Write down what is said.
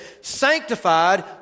sanctified